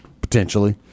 potentially